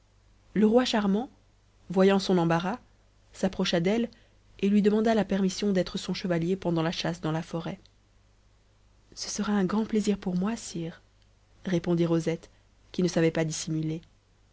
le roi charmant voyant son embarras s'approcha d'elle et lui demanda la permission d'être son chevalier pendant la chasse dans la forêt ce sera un grand plaisir pour moi sire répondit rosette qui ne savait pas dissimuler